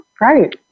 Right